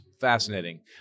fascinating